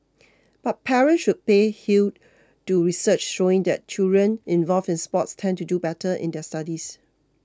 but parents should pay heed to research showing that children involved in sports tend to do better in their studies